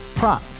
Prop